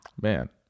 Man